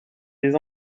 les